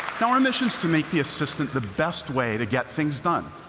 now our mission is to make the assistant the best way to get things done.